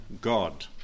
God